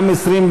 גם (28)